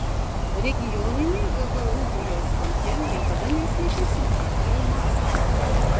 regioninė gagaūzijos valdžia niekada neslėpė simpatijų maskvai